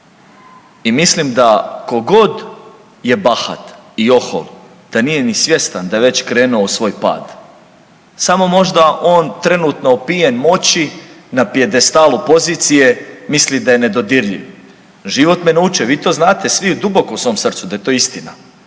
I mislim da tko god je bahat i ohol da nije ni svjestan da je već krenuo u svoj pad. Samo možda on trenutno opijen moći na pijedestalu pozicije misli da je nedodirljiv. Život me naučio, vi to znate svi duboko u svom srcu da je to istina.